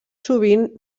sovint